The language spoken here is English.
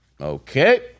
Okay